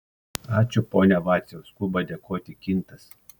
ačiū pone vaciau skuba dėkoti kintas